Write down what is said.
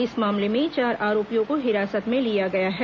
इस मामले में चार आरोपियों को हिरासत में लिया गया है